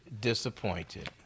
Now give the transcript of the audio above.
disappointed